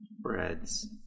Breads